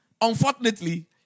unfortunately